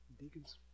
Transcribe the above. Deacons